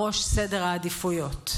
בראש סדר העדיפויות.